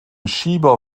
schieber